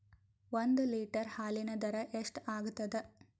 ಒಂದ್ ಲೀಟರ್ ಹಾಲಿನ ದರ ಎಷ್ಟ್ ಆಗತದ?